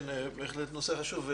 כן, בהחלט נושא חשוב.